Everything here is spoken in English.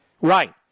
Right